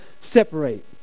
separate